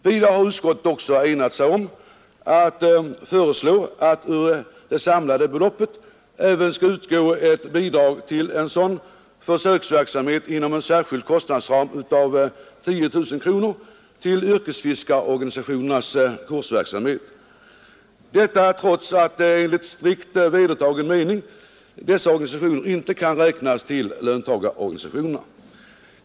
Vidare har utskottet enat sig om att föreslå att ur det samlade beloppet på försök skall utgå ett bidrag även till yrkesfiskareorganisationernas kursverksamhet inom en särskild kostnadsram av 10 000 kronor. Detta trots att enligt strikt vedertagen mening dessa organisationer inte kan räknas till löntagarorganisationerna.